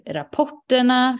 rapporterna